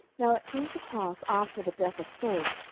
now it came to pass after the death of saul,